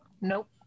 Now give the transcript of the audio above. nope